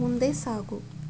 ಮುಂದೆ ಸಾಗು